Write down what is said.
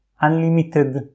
unlimited